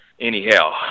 Anyhow